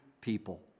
people